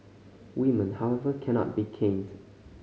women however cannot be caned